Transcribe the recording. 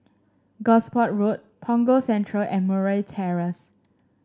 Gosport Road Punggol Central and Murray Terrace